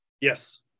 yes